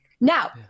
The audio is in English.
Now